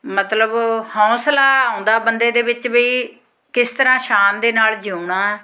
ਮਤਲਬ ਹੌਂਸਲਾ ਆਉਂਦਾ ਬੰਦੇ ਦੇ ਵਿੱਚ ਬਈ ਕਿਸ ਤਰ੍ਹਾਂ ਸ਼ਾਨ ਦੇ ਨਾਲ ਜਿਊਣਾ